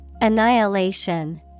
Annihilation